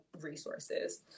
resources